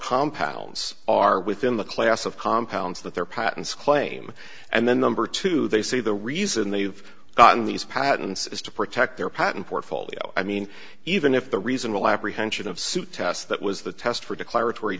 compounds are within the class of compounds that their patents claim and then number two they say the reason they've gotten these patents is to protect their patent portfolio i mean even if the reasonable apprehension of suit tests that was the test for declar